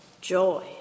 joy